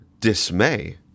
dismay